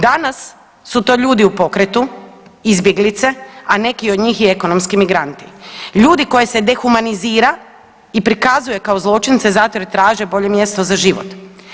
Danas su to ljudi u pokretu, izbjeglice, a neki od njih i ekonomski migranti, ljudi koje se dehumanizira i prikazuje kao zločince zato jer traže bolje mjesto za život.